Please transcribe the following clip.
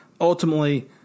ultimately